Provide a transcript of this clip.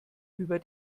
über